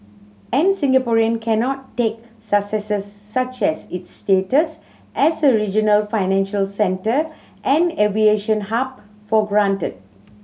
and Singaporean cannot take successes such as its status as a regional financial centre and aviation hub for granted